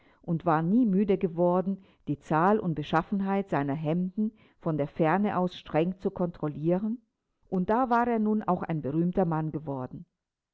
und war nie müde geworden die zahl und beschaffenheit seiner hemden von der ferne aus streng zu kontrollieren und da war er nun auch ein berühmter mann geworden